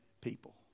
people